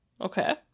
Okay